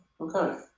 Okay